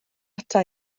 ata